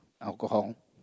alcohol